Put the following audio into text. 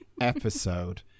episode